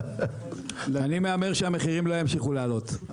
אני מהמר שהמחירים לא ימשיכו לעלות.